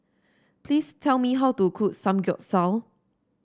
please tell me how to cook Samgyeopsal